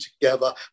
together